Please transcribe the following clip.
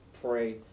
pray